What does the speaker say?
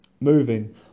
moving